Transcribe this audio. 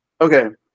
okay